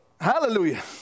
hallelujah